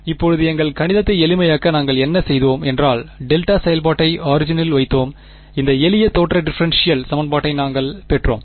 இப்போது எங்கள் கணிதத்தை எளிமையாக்க நாங்கள் என்ன செய்தோம் என்றால் டெல்டா செயல்பாட்டை ஆரிஜினில் வைத்தோம் இந்த எளிய தோற்ற டிஃபரென்ஷியல் சமன்பாட்டை நாங்கள் பெற்றோம்